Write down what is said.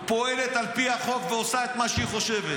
פועלת על פי החוק ועושה את מה שהיא חושבת.